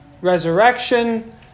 resurrection